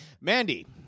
Mandy